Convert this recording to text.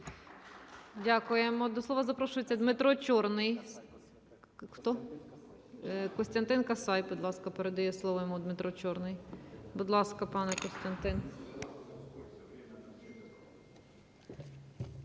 Дякуємо. До слова запрошується Дмитро Чорний. Хто? Костянтин Касай, будь ласка. Передає слово йому Дмитро Чорний. Будь ласка, пане Костянтин.